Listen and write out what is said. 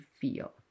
feel